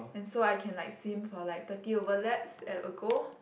and so I can like swim for like thirty over laps at a go